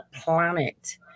planet